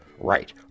Right